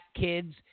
kids